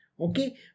Okay